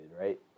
right